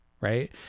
right